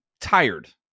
tired